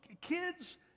kids